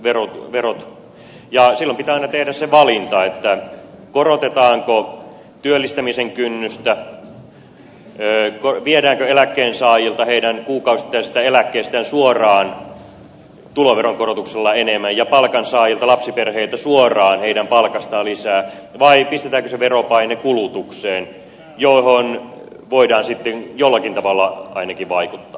ja silloin pitää aina tehdä se valinta korotetaanko työllistämisen kynnystä viedäänkö eläkkeensaajilta heidän kuukausittaisista eläkkeistään suoraan tuloveron korotuksella enemmän ja palkansaajilta lapsiperheiltä suoraan heidän palkastaan lisää vai pistetäänkö se veropaine kulutukseen johon voidaan sitten ainakin jollakin tavalla vaikuttaa